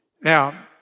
Now